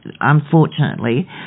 unfortunately